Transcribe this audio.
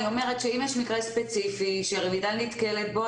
אני אומרת שאם יש מקרה ספציפי שרויטל נתקלת בו,